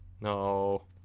No